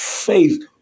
Faith